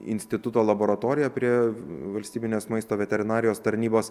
instituto laboratoriją prie valstybinės maisto veterinarijos tarnybos